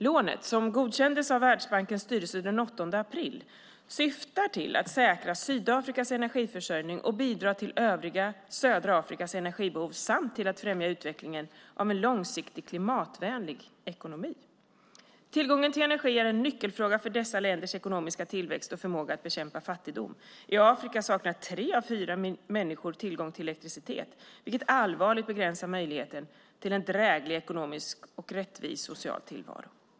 Lånet, som godkändes av Världsbankens styrelse den 8 april, syftar till att säkra Sydafrikas energiförsörjning och bidra till övriga södra Afrikas energibehov samt till att främja utvecklingen av en långsiktigt klimatvänlig ekonomi. Tillgången till energi är en nyckelfråga för dessa länders ekonomiska tillväxt och förmåga att bekämpa fattigdom. I Afrika saknar tre av fyra människor tillgång till elektricitet, vilket allvarligt begränsar möjligheten till en dräglig ekonomisk och rättvis social tillvaro.